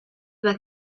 bat